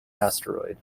asteroid